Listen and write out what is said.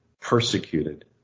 persecuted